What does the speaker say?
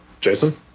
Jason